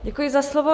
Děkuji za slovo.